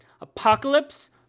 Apocalypse